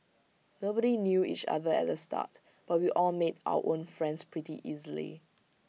nobody knew each other at the start but we all made our own friends pretty easily